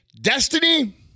destiny